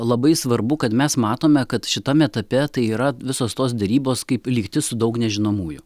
labai svarbu kad mes matome kad šitam etape tai yra visos tos derybos kaip lygtis su daug nežinomųjų